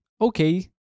Okay